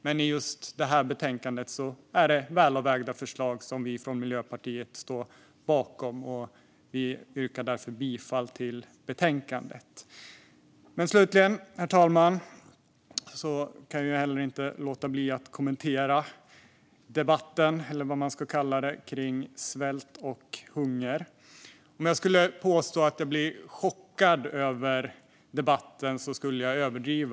Men i just det här betänkandet är det välavvägda förslag som vi från Miljöpartiet står bakom. Jag yrkar därför bifall till förslaget i betänkandet. Herr talman! Slutligen kan jag inte låta bli att kommentera debatten, eller vad man ska kalla det, om svält och hunger. Om jag skulle påstå att jag blir chockad över debatten skulle jag överdriva.